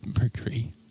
Mercury